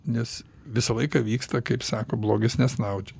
nes visą laiką vyksta kaip sako blogis nesnaudžia